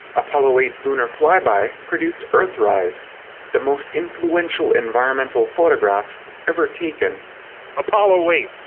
apollo eight s lunar fly-by produced earthrise the most influential environmental photograph ever taken apollo eight.